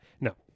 No